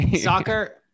soccer